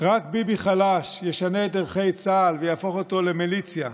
רק ביבי חלש ישנה את ערכי צה"ל ויהפוך אותו למיליציה,